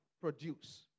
produce